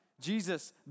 Jesus